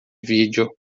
vídeo